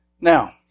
Now